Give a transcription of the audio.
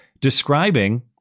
describing